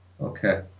okay